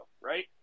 right